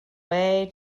way